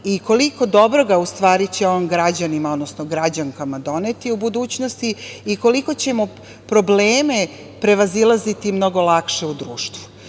i koliko dobroga u stvari će on građanima odnosno građankama doneti u budućnosti i koliko ćemo probleme prevazilaziti mnogo lakše u društvu.U